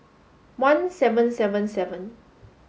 one seven seven seven